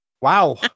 Wow